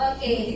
Okay